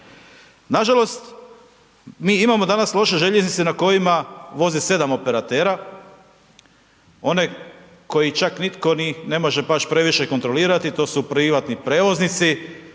Nažalost, mi imamo danas loše željeznice na kojima voze 7 operatera. Onaj koji čak nitko ni ne može baš previše kontrolirati, to su privatni prijevoznici.